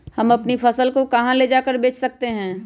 हम अपनी फसल को कहां ले जाकर बेच सकते हैं?